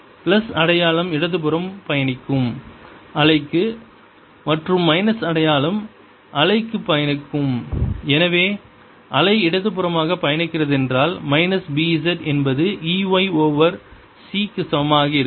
plus அடையாளம் இடதுபுறம் பயணிக்கும் அலைக்கு மற்றும் மைனஸ் அடையாளம் அலைக்கு பயணிக்கும் எனவே அலை இடதுபுறமாக பயணிக்கிறதென்றால் மைனஸ் B z என்பது E y ஓவர் c க்கு சமமாக இருக்கும்